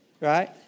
Right